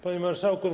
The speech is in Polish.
Panie Marszałku!